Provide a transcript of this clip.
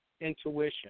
intuition